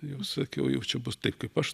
jau sakiau jau čia bus taip kaip aš